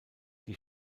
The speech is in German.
die